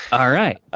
um alright.